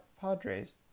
Padres